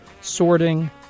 Sorting